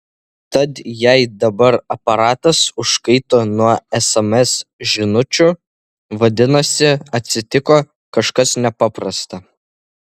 tad jei dabar aparatas užkaito nuo sms žinučių vadinasi atsitiko kažkas nepaprasta